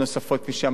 כפי שאמרתי,